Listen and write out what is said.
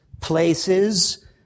places